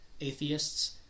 atheists